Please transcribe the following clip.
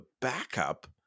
backup